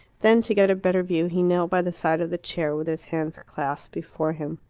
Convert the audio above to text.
then, to get a better view, he knelt by the side of the chair with his hands clasped before him.